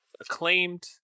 acclaimed